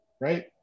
right